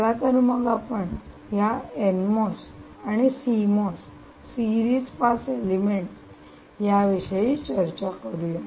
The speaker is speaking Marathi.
चला तर मग आपण या एन मॉस आणि C MOS series pass element याविषयी चर्चा करूया